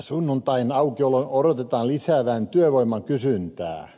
sunnuntain aukiolon odotetaan lisäävän työvoiman kysyntää